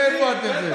מאיפה אתם?